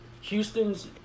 Houston's